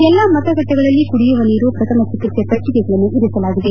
ಎಲ್ಲಾ ಮತಗಟ್ಟೆಗಳಲ್ಲಿ ಕುಡಿಯುವ ನೀರು ಶ್ರಥಮ ಚಿಕಿತ್ಸೆ ಪೆಟ್ಟಿಗೆಗಳನ್ನು ಇರಿಸಲಾಗಿದೆ